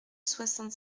soixante